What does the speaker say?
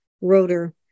rotor